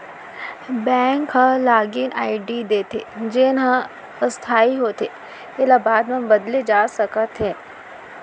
bank ह लागिन ID देथे जेन ह अस्थाई होथे एला बाद म बदले जा सकत हे